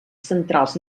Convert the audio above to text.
centrals